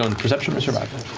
ah perception or survival?